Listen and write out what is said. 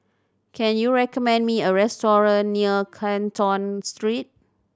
can you recommend me a restaurant near Canton Street